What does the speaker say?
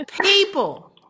people